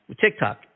tiktok